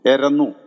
Eranu